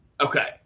Okay